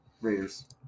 Raiders